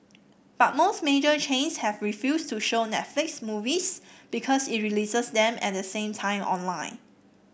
but most major chains have refused to show Netflix movies because it releases them at the same time online